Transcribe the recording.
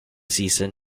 season